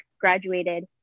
graduated